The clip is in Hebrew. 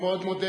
אני מאוד מודה